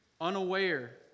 unaware